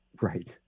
right